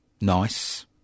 nice